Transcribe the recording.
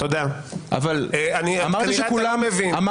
תגיש תלונה לוועדת האתיקה, אבל לסתום לי את הפה?